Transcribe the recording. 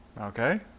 Okay